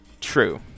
True